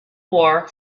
war